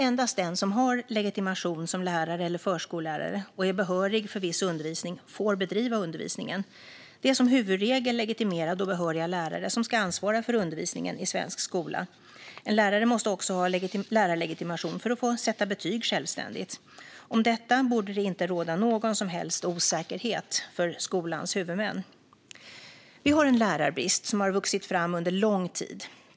Endast den som har legitimation som lärare eller förskollärare och är behörig för viss undervisning får bedriva undervisningen. Det är som huvudregel legitimerade och behöriga lärare som ska ansvara för undervisningen i svensk skola. En lärare måste också ha lärarlegitimation för att få sätta betyg självständigt. Om detta borde det inte råda någon som helst osäkerhet för skolans huvudmän. Vi har en lärarbrist som har vuxit fram under lång tid.